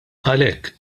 għalhekk